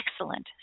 excellent